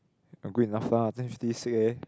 not good enough lah ten fifty sick eh